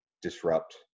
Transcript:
disrupt